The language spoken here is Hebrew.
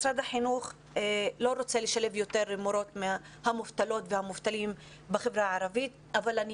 משרד החינוך לא רוצה לשלב מורות ומורים מובטלים בחברה הערבית אבל אני